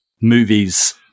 Movies